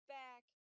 back